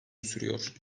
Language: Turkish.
sürüyor